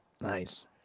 Nice